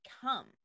come